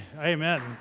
Amen